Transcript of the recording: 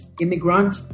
immigrant